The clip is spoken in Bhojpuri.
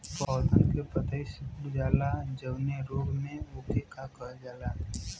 पौधन के पतयी सीकुड़ जाला जवने रोग में वोके का कहल जाला?